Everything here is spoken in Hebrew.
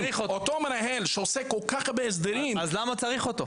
אותו מנהל שעושה כל כך הרבה הסדרים --- אז למה צריך אותו?